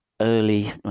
early